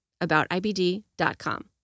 aboutibd.com